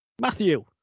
Matthew